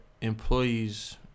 employees